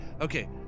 okay